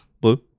Blue